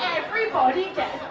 everybody gets